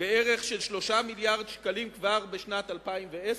בערך של 3 מיליארדי שקלים כבר בשנת 2010,